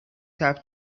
have